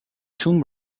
tomb